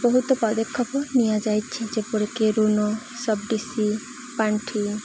ବହୁତ ପଦକ୍ଷେପ ନିଆଯାଇଛି ଯେପରିକି ଋନ ସବସିଡ଼ି ପାଣ୍ଠି